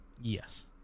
Yes